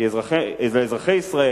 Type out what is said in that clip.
כי אזרחי ישראל,